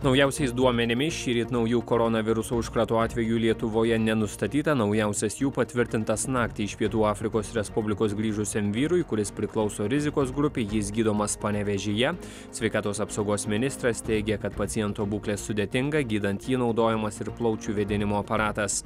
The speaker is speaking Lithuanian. naujausiais duomenimis šįryt naujų koronaviruso užkrato atvejų lietuvoje nenustatyta naujausias jų patvirtintas naktį iš pietų afrikos respublikos grįžusiam vyrui kuris priklauso rizikos grupei jis gydomas panevėžyje sveikatos apsaugos ministras teigė kad paciento būklė sudėtinga gydant jį naudojamas ir plaučių vėdinimo aparatas